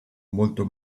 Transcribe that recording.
molto